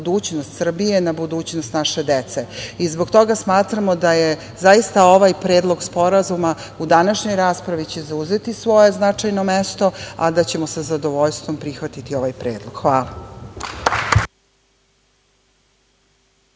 na budućnost Srbije, na budućnost naše dece. Zbog toga smatramo da je zaista ovaj predlog sporazuma u današnjoj raspravi će zauzeti svoje značajno mesto, a da ćemo sa zadovoljstvom prihvatiti ovaj predlog. Hvala.